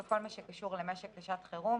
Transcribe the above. בכל מה שקשור למשק לשעת חירום,